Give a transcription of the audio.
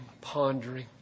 pondering